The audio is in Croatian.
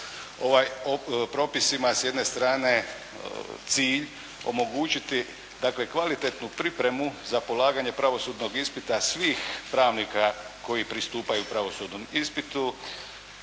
Ovaj propis ima s jedne strane cilj omogućiti dakle kvalitetnu pripremu za polaganje pravosudnog ispita svih pravnika koji pristupaju pravosudnom ispitu